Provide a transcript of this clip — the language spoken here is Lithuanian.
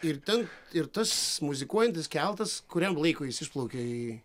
ir ten ir tas muzikuojantis keltas kuriam laikui jis išplaukia į